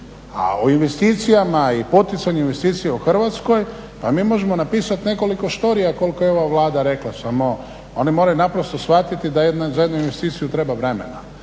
a u investicijama i poticanju investicija u Hrvatskoj mi možemo napisati nekoliko storija koliko je ova Vlada rekla samo oni moraju naprosto shvatiti da za jednu investiciju treba vremena